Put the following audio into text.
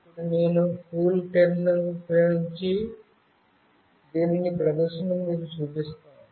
ఇప్పుడు నేను కూల్టెర్మ్ ఉపయోగించి దీని ప్రదర్శనను మీకు చూపిస్తాను